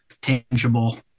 tangible